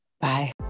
Bye